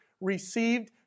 received